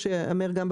זה מה שקורה לכולנו.